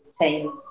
team